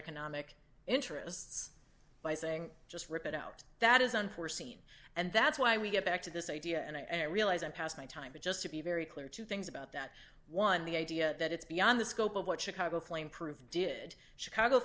economic interests by saying just rip it out that is unforeseen and that's why we get back to this idea and i realize i'm past my time but just to be very clear two things about that one the idea that it's beyond the scope of what chicago flameproof did chicago